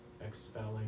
expelling